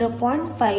55 ಮತ್ತು Eg 1